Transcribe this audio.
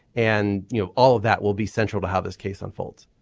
and you know all of that will be central to how this case unfolds